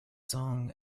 song